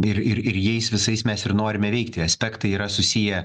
ir ir jais visais mes ir norime veikti aspektai yra susiję